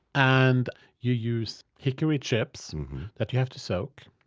and you use hickory chips that you have to soak.